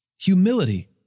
humility